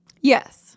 Yes